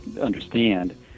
understand